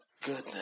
goodness